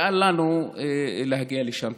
אל לנו להגיע לשם.